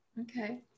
okay